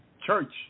church